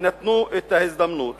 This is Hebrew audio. ונתנו את ההזדמנות